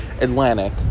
Atlantic